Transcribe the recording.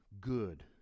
good